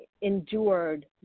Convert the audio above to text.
endured